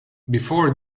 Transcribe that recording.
before